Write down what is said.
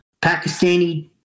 Pakistani